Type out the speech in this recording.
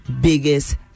biggest